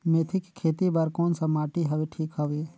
मेथी के खेती बार कोन सा माटी हवे ठीक हवे?